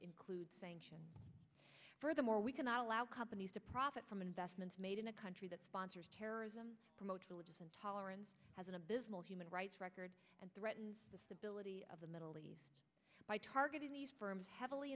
includes sanctions furthermore we cannot allow companies to profit from investments made in a country that sponsors terrorism promotes religious intolerance has an abysmal human rights record and threaten the stability of the middle east by targeting these firms heavily